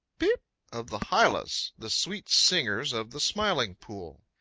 peep of the hylas, the sweet singers of the smiling pool.